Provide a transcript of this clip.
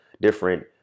different